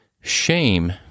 Shame